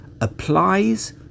applies